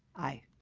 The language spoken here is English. aye.